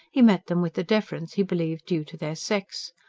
he met them with the deference he believed due to their sex.